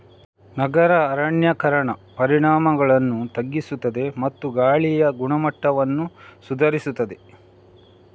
ನಗರ ಅರಣ್ಯೀಕರಣ ಪರಿಣಾಮಗಳನ್ನು ತಗ್ಗಿಸುತ್ತದೆ ಮತ್ತು ಗಾಳಿಯ ಗುಣಮಟ್ಟವನ್ನು ಸುಧಾರಿಸುತ್ತದೆ